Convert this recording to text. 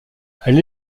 elle